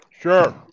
Sure